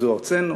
"זו ארצנו"